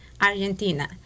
Argentina